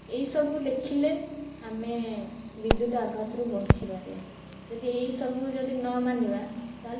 ଏଇସବୁ ଦେଖିଲେ ଆମେ ବିଦ୍ୟୁତ୍ ଆଘାତରୁ ବଞ୍ଚିପାରିବା ଯଦି ଏହିସବୁ ଯଦି ନ ମାନିବା ତାହେଲେ